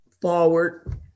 forward